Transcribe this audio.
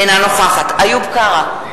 אינה נוכחת איוב קרא,